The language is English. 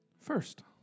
first